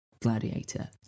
Gladiator